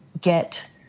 get